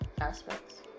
aspects